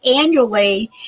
annually